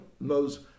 Knows